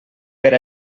per